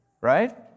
right